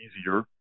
easier